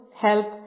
help